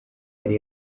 yari